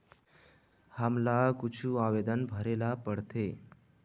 हमला कुछु आवेदन भरेला पढ़थे?